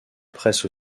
presse